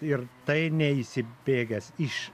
ir tai neįsibėgęs iš